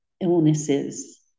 illnesses